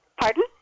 Pardon